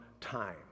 time